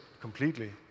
completely